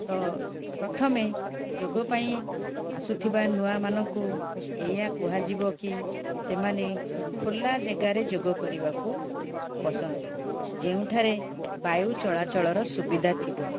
ତ ପ୍ରଥମେ ଯୋଗ ପାଇଁ ଆସୁଥିବା ନୂଆ ମାନଙ୍କୁ ଏଇଆ କୁହାଯିବ କି ସେମାନେ ଖୋଲା ଜାଗାରେ ଯୋଗ କରିବାକୁ ବସନ୍ତୁ ଯେଉଁଠାରେ ବାୟୁ ଚଳାଚଳର ସୁବିଧା ଥିବ